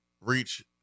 reach